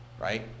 right